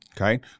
Okay